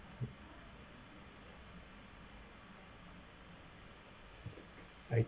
mm I